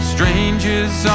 Strangers